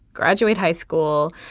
graduate high school,